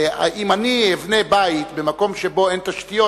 אם אני אבנה בית במקום שאין בו תשתיות,